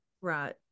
right